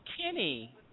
Kenny